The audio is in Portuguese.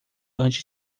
antes